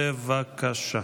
בבקשה.